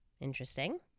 Interesting